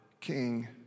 King